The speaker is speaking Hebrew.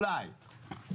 אולי.